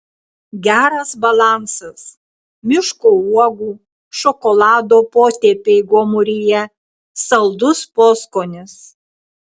geras balansas miško uogų šokolado potėpiai gomuryje saldus poskonis